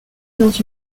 dans